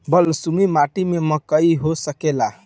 बलसूमी माटी में मकई हो सकेला?